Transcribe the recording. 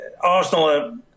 Arsenal